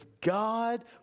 God